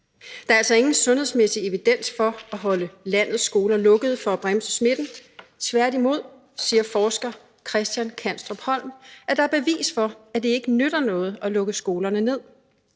Der er altså ingen sundhedsmæssig evidens for at holde landets skoler lukkede for at bremse smitten. Tværtimod, siger forsker Christian Kanstrup Holm, er der bevis for, at det ikke nytter noget at lukke skolerne ned.